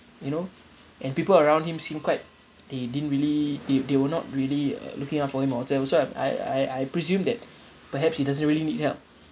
you know and people around him seemed quite they didn't really they they were not really uh looking out for him or whatsoever so I've I I I presume that perhaps he doesn't really need help